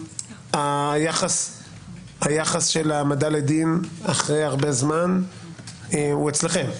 היחס של העמדה לדין אחרי הרבה זמן הוא אצלכם,